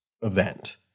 event